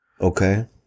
Okay